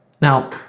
Now